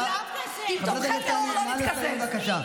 חברת הכנסת טלי, נא לסיים, בבקשה.